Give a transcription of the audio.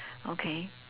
okay